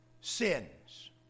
sins